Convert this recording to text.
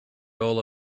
all